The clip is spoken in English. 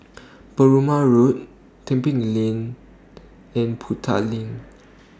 Perumal Road Tebing Lane and Boon Tat LINK